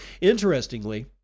Interestingly